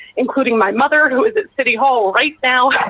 including my mother who is at city hall right now,